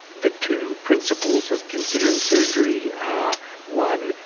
the two principles of considering surgery are one,